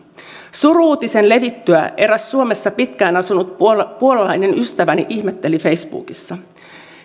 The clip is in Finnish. suru uutisen levittyä eräs suomessa pitkään asunut puolalainen ystäväni ihmetteli facebookissa